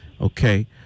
Okay